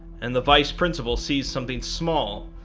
and the vice principal sees something small,